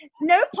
no